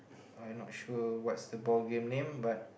I not sure what's the ball game name but